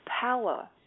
power